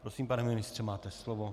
Prosím, pane ministře, máte slovo.